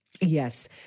Yes